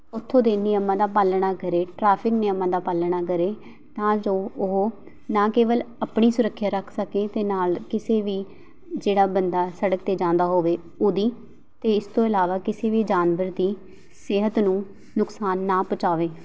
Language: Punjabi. ਉਥੋਂ ਦੇ ਨਿਯਮਾਂ ਦਾ ਪਾਲਣਾ ਕਰੇ ਟਰੈਫਿਕ ਨਿਯਮਾਂ ਦਾ ਪਾਲਣਾ ਕਰੇ ਤਾਂ ਜੋ ਉਹ ਨਾ ਕੇਵਲ ਆਪਣੀ ਸੁਰੱਖਿਆ ਰੱਖ ਸਕੇ ਅਤੇ ਨਾਲ ਕਿਸੇ ਵੀ ਜਿਹੜਾ ਬੰਦਾ ਸੜਕ 'ਤੇ ਜਾਂਦਾ ਹੋਵੇ ਉਹਦੀ ਅਤੇ ਇਸ ਤੋਂ ਇਲਾਵਾ ਕਿਸੇ ਵੀ ਜਾਨਵਰ ਦੀ ਸਿਹਤ ਨੂੰ ਨੁਕਸਾਨ ਨਾ ਪਹੁੰਚਾਵੇ